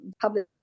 public